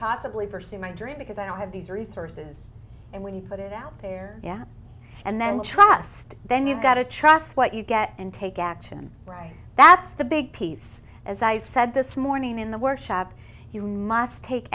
possibly pursue my dream because i don't have these resources and when you put it out there yeah and then trust then you've got to trust what you get and take action right that's the big piece as i said this morning in the workshop you must take